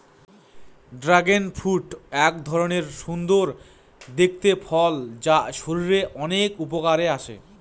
dragon fruit এক ধরনের সুন্দর দেখতে ফল যা শরীরের অনেক উপকারে আসে